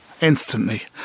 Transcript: Instantly